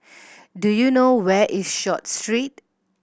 do you know where is Short Street